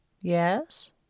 Yes